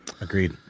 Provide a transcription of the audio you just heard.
agreed